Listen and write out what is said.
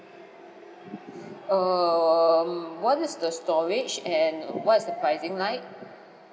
um what is the storage and what's the pricing like